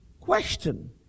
Question